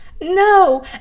No